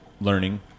learning